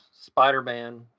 Spider-Man